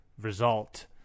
result